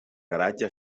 garatge